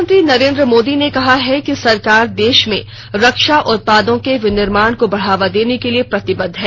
प्रधानमंत्री नरेन्द्र मोदी ने कहा है कि सरकार देश में रक्षा उत्पादों के विनिर्माण को बढ़ावा देने के लिए प्रतिबद्व है